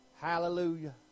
Hallelujah